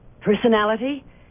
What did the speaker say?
personality